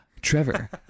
Trevor